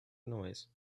noise